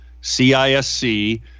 CISC